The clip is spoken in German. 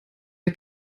der